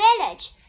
village